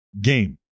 game